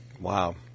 wow